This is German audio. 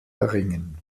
erringen